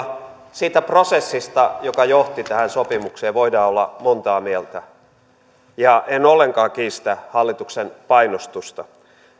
siitä prosessista joka johti tähän sopimukseen voidaan olla montaa mieltä ja en ollenkaan kiistä hallituksen painostusta